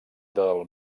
del